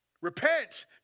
Repent